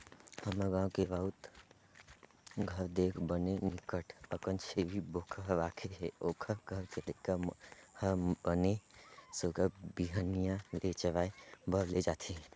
हमर गाँव के राउत घर देख बने बिकट अकन छेरी बोकरा राखे हे, ओखर घर के लइका हर बने सुग्घर बिहनिया ले चराए बर ले जथे